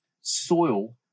soil